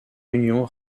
union